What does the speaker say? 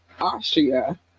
austria